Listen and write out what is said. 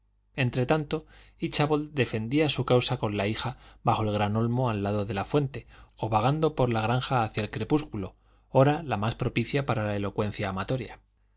del granero entretanto íchabod defendía su causa con la hija bajo el gran olmo al lado de la fuente o vagando por la granja hacia el crepúsculo hora la más propicia para la elocuencia amatoria